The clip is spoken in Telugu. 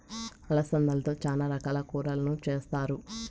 అలసందలతో చానా రకాల కూరలను చేస్తారు